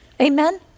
Amen